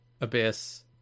Abyss